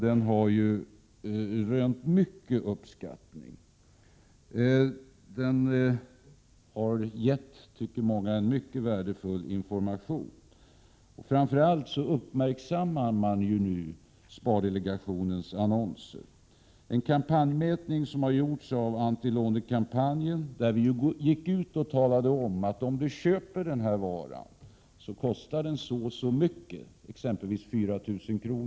Den har rönt mycken uppskattning och enligt många gett värdefull information. Framför allt uppmärksammas nu spardelegationens annonser. Vi hart.ex. i våra annonser talat om att en vara som vid kontantköp kostar 4 000 kr., kan kosta 7 800 kr.